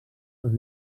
els